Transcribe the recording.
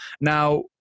Now